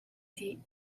dih